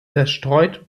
zerstreut